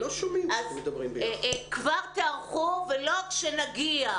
אז כבר תיערכו ולא כשנגיע.